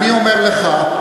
רגע.